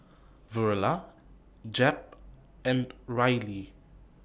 Verla Jep and Rylie